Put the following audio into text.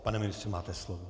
Pane ministře, máte slovo.